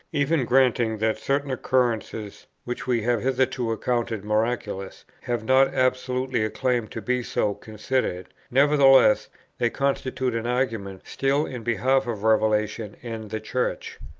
even granting that certain occurrences, which we have hitherto accounted miraculous, have not absolutely a claim to be so considered, nevertheless they constitute an argument still in behalf of revelation and the church.